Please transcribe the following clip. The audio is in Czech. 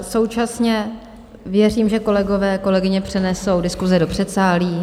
Současně věřím, že kolegové, kolegyně přenesou diskuse do předsálí.